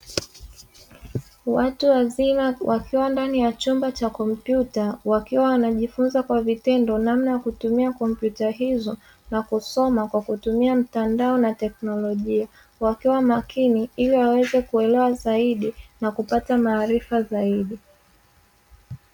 Watu wazima wakiwa ndani ya chumba cha kompyuta, wakiwa wanajifunza kwa vitendo namna ya kutumia kompyuta hizo na kusoma kwa kutumia mtandao na teknolojia, wakiwa makini ili waweze kuelewa zaidi na kupata maarifa zaidi.